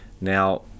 Now